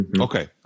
Okay